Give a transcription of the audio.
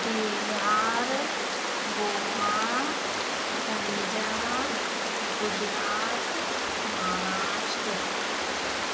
Bihar Goa Punjab Gujarat Maharashtra